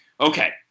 Okay